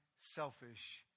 selfish